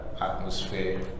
atmosphere